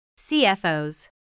CFOs